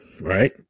Right